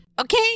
Okay